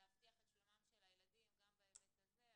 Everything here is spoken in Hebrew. להבטיח את שלומם של הילדים גם בהיבט הזה.